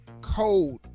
code